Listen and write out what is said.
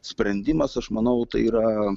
sprendimas aš manau tai yra